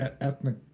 ethnic